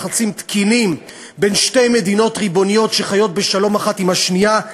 יחסים תקינים בין שתי מדינות ריבוניות שחיות בשלום האחת עם השנייה,